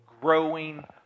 growing